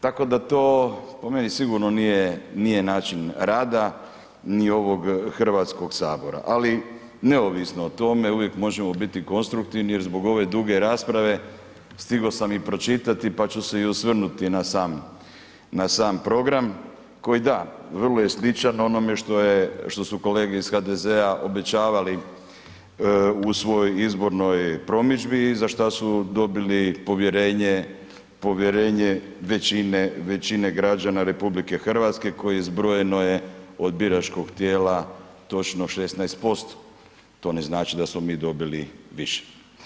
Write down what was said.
Tako da to po meni sigurno nije, nije način rada ni ovog Hrvatskog sabora, ali neovisno o tome uvijek možemo biti konstruktivni jer zbog ove duge rasprave stigo sam i pročitati, pa ću se i osvrnuti na sam, na sam program koji da vrlo je sličan onome što je, što su kolege iz HDZ-a obećavali u svojoj izbornoj promidžbi i za šta su dobili povjerenje, povjerenje većine, većine građana RH koji zbrojeno je od biračkog tijela točno 16%, to ne znači da smo mi dobili više.